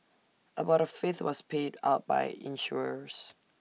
about A fifth was paid out by insurers